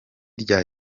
rya